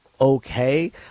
okay